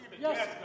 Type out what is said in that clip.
Yes